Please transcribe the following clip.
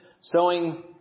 Sowing